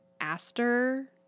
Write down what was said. Aster